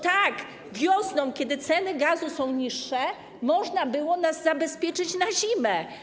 Tak, wiosną, kiedy ceny gazu są niższe, można było nas zabezpieczyć na zimę.